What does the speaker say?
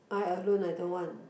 I alone I don't want